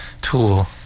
tool